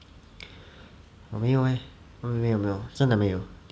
我没有 eh 没有没有真的没有